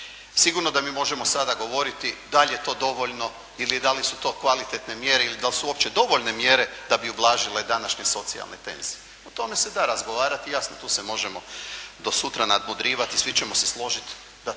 Sigurno da mi možemo sada govoriti da li je to dovoljno ili da li su to kvalitetne mjere ili da li su uopće dovoljne mjere da bi ublažile današnje socijalne tenzije. O tome se da razgovarati i jasno tu se možemo do sutra nadmudrivati i svi ćemo se složiti da bi